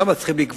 שם צריכים לגבות,